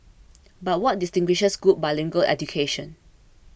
but what distinguishes good bilingual education